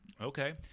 okay